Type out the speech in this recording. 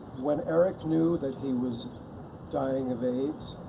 when eric knew that he was dying of aids,